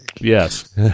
Yes